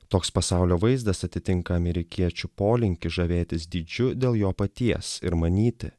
toks pasaulio vaizdas atitinka amerikiečių polinkį žavėtis dydžiu dėl jo paties ir manyti